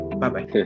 bye-bye